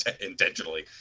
intentionally